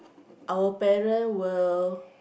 our parent will